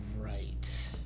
right